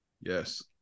Yes